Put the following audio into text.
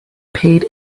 paid